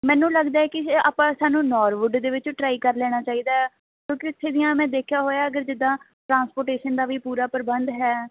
ਮੈਨੂੰ ਲੱਗਦਾ ਹੈ ਕਿ ਜੇ ਆਪਾਂ ਸਾਨੂੰ ਨੌਰਵੁੱਡ ਦੇ ਵਿੱਚ ਟਰਾਈ ਕਰ ਲੈਣਾ ਚਾਹੀਦਾ ਹੈ ਕਿਉਂਕਿ ਉੱਥੇ ਦੀਆਂ ਮੈਂ ਦੇਖਿਆ ਹੋਇਆ ਅਗਰ ਜਿੱਦਾਂ ਟ੍ਰਾਸਪੋਰਟੇਸ਼ਨ ਦਾ ਵੀ ਪੂਰਾ ਪ੍ਰਬੰਧ ਹੈ